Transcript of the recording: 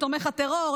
תומך הטרור,